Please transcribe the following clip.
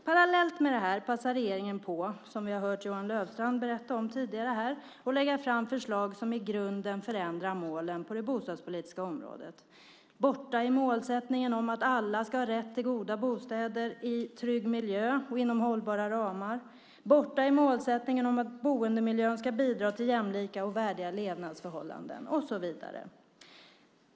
Parallellt med det passar regeringen på - som vi har hört Johan Löfstrand berätta om här tidigare - att lägga fram förslag som i grunden förändrar målen på det bostadspolitiska området. Borta är målsättningen att alla ska ha rätt till goda bostäder i trygg miljö och inom hållbara ramar. Borta är målsättningen att boendemiljön ska bidra till jämlika och värdiga levnadsförhållanden och så vidare.